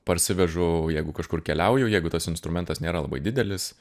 parsivežu jeigu kažkur keliauju jeigu tas instrumentas nėra labai didelis